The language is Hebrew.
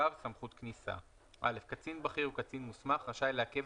65ו.סמכות כניסה קצין בכיר או קצין מוסמך רשאי לעכב